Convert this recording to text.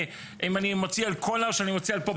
אם אני מוציא על קולה או שאני מוציא על פופקורן.